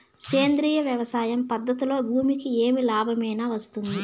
సేంద్రియ వ్యవసాయం పద్ధతులలో భూమికి ఏమి లాభమేనా వస్తుంది?